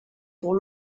pour